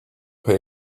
pay